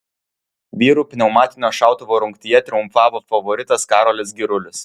vyrų pneumatinio šautuvo rungtyje triumfavo favoritas karolis girulis